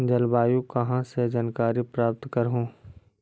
जलवायु कहा से जानकारी प्राप्त करहू?